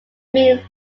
mean